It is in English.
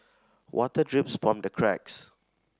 water drips from the cracks